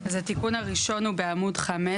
אז התיקון הראשון הוא בעמוד 5,